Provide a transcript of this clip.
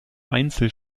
einzeln